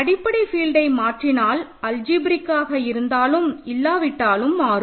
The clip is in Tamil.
அடிப்படை ஃபீல்ட்டை மாற்றினால் அல்ஜிப்ரேக்காக இருந்தாலும் இல்லாவிட்டாலும் மாறும்